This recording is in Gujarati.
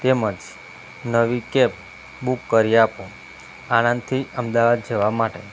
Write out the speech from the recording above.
તેમજ નવી કેબ બુક કરી આપો આણંદથી અમદાવાદ જવા માટે